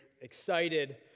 excited